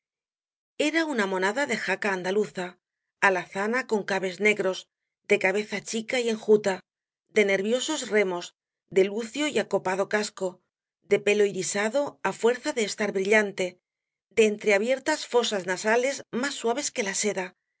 era una monada de jaca andaluza alazana con cabes negros de cabeza chica y enjuta de nerviosos remos de lucio y acopado casco de pelo irisado á fuerza de estar brillante de entreabiertas fosas nasales más suaves que la seda